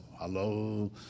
Hello